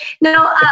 no